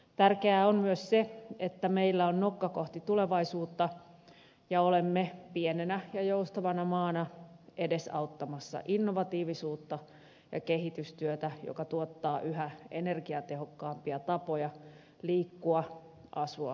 tärkeää on myös se että meillä on nokka kohti tulevaisuutta ja olemme pienenä ja joustavana maana edesauttamassa innovatiivisuutta ja kehitystyötä joka tuottaa yhä energiatehokkaampia tapoja liikkua asua ja elää